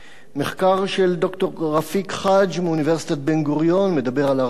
מחקר של ד"ר רפיק חאג' מאוניברסיטת בן-גוריון מדבר על ארנונה,